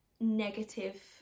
negative